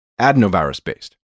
adenovirus-based